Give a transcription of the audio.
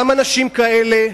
גם אנשים כאלה,